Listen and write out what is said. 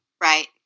right